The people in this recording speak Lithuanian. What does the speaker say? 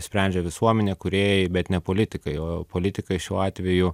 sprendžia visuomenė kūrėjai bet ne politikai o politikai šiuo atveju